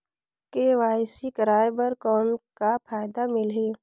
KYC कराय कर कौन का फायदा मिलही?